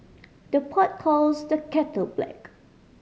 the pot calls the kettle black